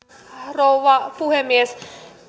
rouva puhemies